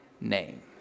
name